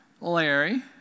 Larry